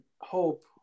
Hope